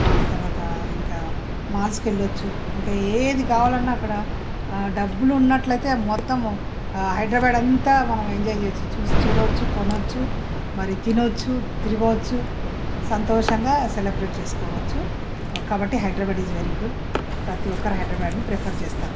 తర్వాత ఇంకా మాల్స్కి వెళ్ళొచ్చు ఇంకా ఏది కావాలన్న అక్కడ డబ్బులు ఉన్నట్లయితే మొత్తము ఆ హైదరాబాదు అంతా మనము ఎంజాయ్ చేయొచ్చు చూడొచ్చు కొనొచ్చు మరి తినొచ్చు తిరగవచ్చు సంతోషంగా సెలబ్రేట్ చేసుకోవచ్చు కాబట్టి హైదరాబాదు ఈజ్ వెరీ గుడ్ ప్రతీ ఒక్కరూ హైదరాబాదుని ప్రిఫర్ చేస్తారు